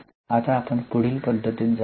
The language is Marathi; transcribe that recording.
आता आपण पुढील पध्दतीत जाऊया